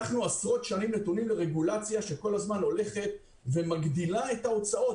עשרות שנים אנחנו נתונים לרגולציה שכל הזמן הולכת ומגדילה את ההוצאות.